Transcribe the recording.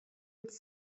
its